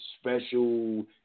special